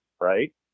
right